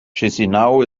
chișinău